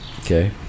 okay